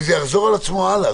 וזה יחזור על עצמו הלאה,